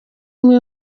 umwe